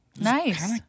Nice